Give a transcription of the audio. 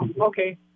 Okay